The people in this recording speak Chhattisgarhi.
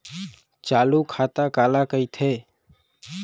चालू खाता काला कहिथे?